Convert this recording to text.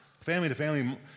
family-to-family